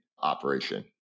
operation